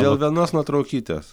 dėl vienos nuotraukytės